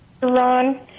Ron